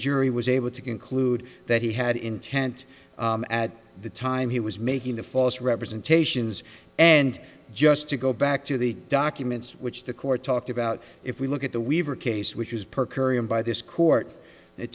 jury was able to conclude that he had intent at the time he was making the false representations and just to go back to the documents which the court talked about if we look at the weaver case which is per curiam by this court it